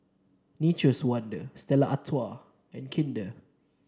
Nature's Wonder Stella Artois and Kinder